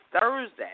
Thursday